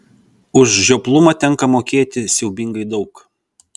už žioplumą tenka mokėti siaubingai daug